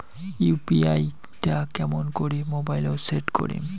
UPI টা কেমন করি মোবাইলত সেট করিম?